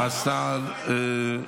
תקרא בבקשה את התקנון.